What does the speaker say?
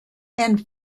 and